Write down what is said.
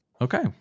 Okay